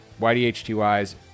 ydhty's